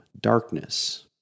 darkness